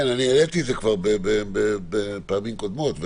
העליתי את זה כבר בפעמים קודמות.